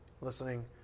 listening